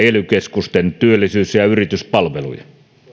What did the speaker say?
ely keskusten työllisyys ja yrityspalveluita